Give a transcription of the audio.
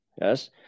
Yes